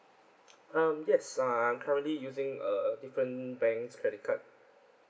um yes I'm currently using a a different banks credit card